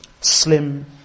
Slim